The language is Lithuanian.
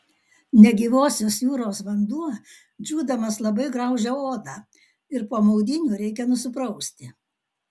negyvosios jūros vanduo džiūdamas labai graužia odą ir po maudynių reikia nusiprausti